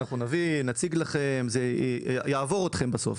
אנחנו נביא, נציג לכם, זה יעבור אתכם בסוף.